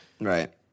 Right